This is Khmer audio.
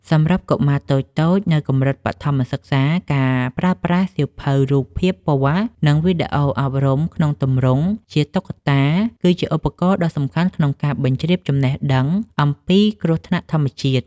សម្រាប់កុមារតូចៗនៅកម្រិតបឋមសិក្សា ការប្រើប្រាស់សៀវភៅរូបភាពពណ៌ និងវីដេអូអប់រំក្នុងទម្រង់ជាតុក្កតា គឺជាឧបករណ៍ដ៏សំខាន់ក្នុងការបញ្ជ្រាបចំណេះដឹងអំពីគ្រោះថ្នាក់ធម្មជាតិ។